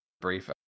brief